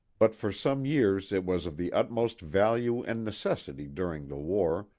but for some years it was of the utmost value and necessity during the war,